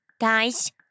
Guys